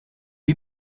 you